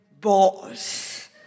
boss